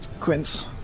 Quince